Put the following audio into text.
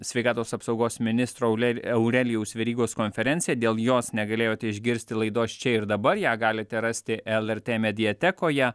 sveikatos apsaugos ministro eurelijaus verygos konferenciją dėl jos negalėjote išgirsti laidos čia ir dabar ją galite rasti lrt mediatekoje